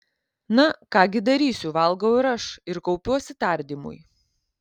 na ką gi darysiu valgau ir aš ir kaupiuosi tardymui